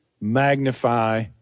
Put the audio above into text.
magnify